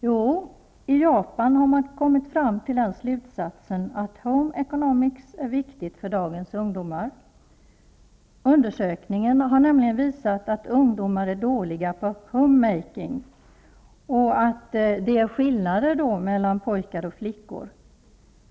Jo, i Japan har man kommit fram till den slutsatsen att ''Home Economics'' är viktig för dagens ungdomar. Undersökningar har nämligen visat att ungdomar är dåliga på ''homemaking'' och att det finns skillnader mellan pojkar och flickor.